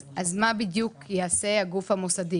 מה בדיוק יעשה הגוף המוסדי?